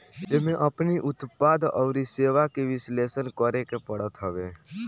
एमे अपनी उत्पाद अउरी सेवा के विश्लेषण करेके पड़त हवे